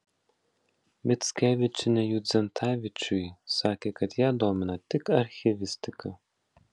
mickevičienė judzentavičiui sakė kad ją domina tik archyvistika